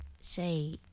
Say